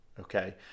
okay